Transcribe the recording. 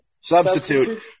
Substitute